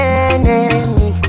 enemy